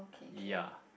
ya